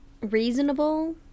Reasonable